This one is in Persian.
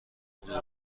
روبه